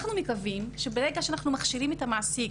אנחנו מקווים שברגע שאנחנו מכשירים את המעסיק,